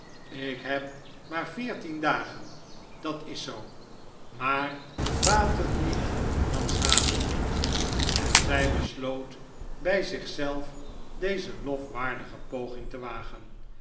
ik heb maar veertien dagen dat is zoo maar baat het niet dan schaadt het niet en zij besloot bij zich zelf deze lofwaardige poging te wagen